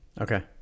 Okay